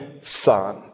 son